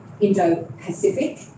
Indo-Pacific